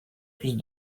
plus